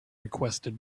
requested